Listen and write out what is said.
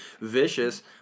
vicious